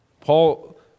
Paul